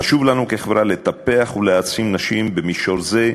חשוב לנו כחברה לטפח ולהעצים נשים במישור זה,